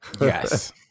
Yes